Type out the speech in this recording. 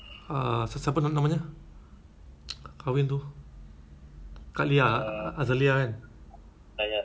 ah s~ siapa namanya kahwin tu kak lia eh kak lia kan